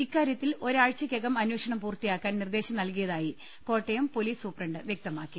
ഇക്കാര്യത്തിൽ ഒരാഴ്ചക്കകം അന്വേഷണം പൂർത്തിയാക്കാൻ നിർദേശം നൽകിയതായി കോട്ടയം പൊലിസ് സൂപ്രണ്ട് വൃക്തമാക്കി